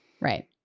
right